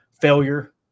failure